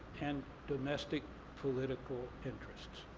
and domestic political interests.